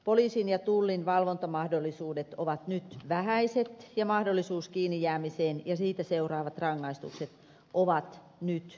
poliisin ja tullin valvontamahdollisuudet ovat nyt vähäiset ja mahdollisuus kiinni jäämiseen ja siitä seuraavat rangaistukset ovat nyt mitättömiä